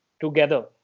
together